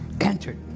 entered